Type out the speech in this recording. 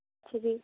ਅੱਛਾ ਜੀ